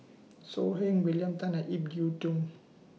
So Heng William Tan and Ip Yiu Tung